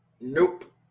Nope